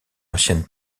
ancienne